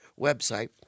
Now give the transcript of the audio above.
website